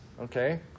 Okay